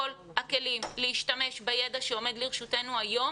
הכלים להשתמש בידע שעומד לרשותנו היום